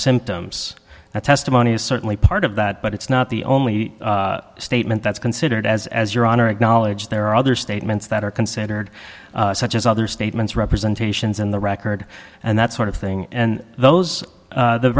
symptoms that testimony is certainly part of that but it's not the only statement that's considered as as your honor acknowledge there are other statements that are considered such as other statements representations in the record and that sort of thing and those